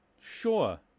sure